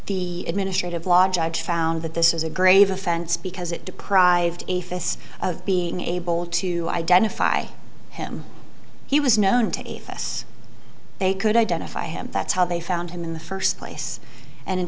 the administrative law judge found that this was a grave offense because it deprived a fist of being able to identify him he was known to us they could identify him that's how they found him in the first place and in